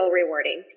rewarding